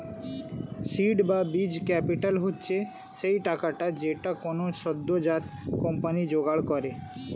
seed বা বীজ capital হচ্ছে সেই টাকাটা যেইটা কোনো সদ্যোজাত কোম্পানি জোগাড় করে